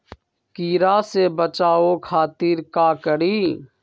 कीरा से बचाओ खातिर का करी?